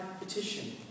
petition